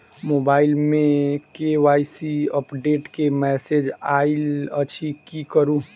Mobile मे KYC update केँ message आइल अछि की करू?